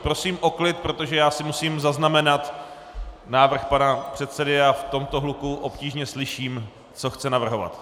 Prosím o klid, protože si musím zaznamenat návrh pana předsedy a v tomto hluku obtížně slyším, co chce navrhovat.